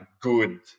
good